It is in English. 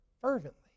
fervently